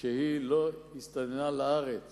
שלא הסתננה לארץ